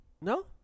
No